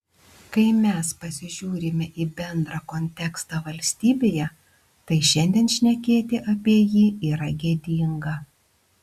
kai mes pasižiūrime į bendrą kontekstą valstybėje tai šiandien šnekėti apie jį yra gėdinga